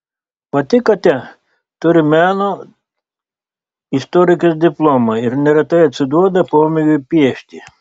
pati katia turi meno istorikės diplomą ir neretai atsiduoda pomėgiui piešti